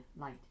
light